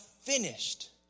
finished